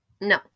no